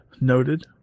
Noted